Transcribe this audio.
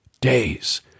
days